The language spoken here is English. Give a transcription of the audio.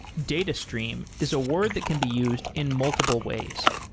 data steam is a word that can be used in multiple ways.